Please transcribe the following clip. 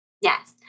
Yes